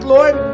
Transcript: Lord